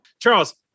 Charles